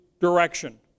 direction